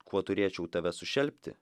kuo turėčiau tave sušelpti